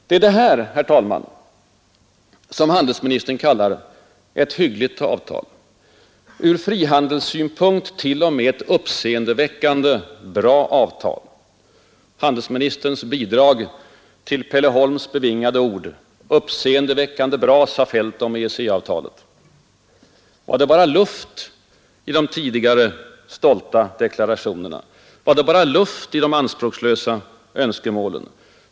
Det är detta, herr talman, som handelsministern kallar ”ett hyggligt avtal” ——— ”ur frihandelssynpunkt t.o.m. ett uppseendeväckande bra avtal”. — Handelsministerns bidrag till Pelle Holms bevingade ord: ”Uppseendeväckande bra, sade Feldt om EEC-avtalet.” Var det bara luft i de tidigare stolta deklarationerna? Var det bara luft i de anspråksfulla önskemålen?